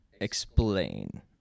Explain